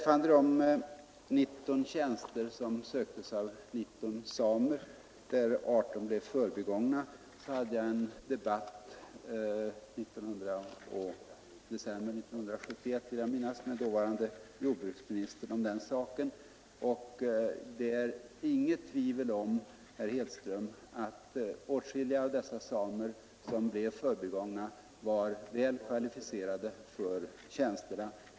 Om de 19 tjänster som söktes av 19 samer, varav 18 blev förbigångna, hade jag i december 1971 en debatt med dåvarande jordbruksministern. Det finns, herr Hedström, inget tvivel om att åtskilliga av dessa samer, som blev förbigångna, var väl kvalificerade för tjänsterna.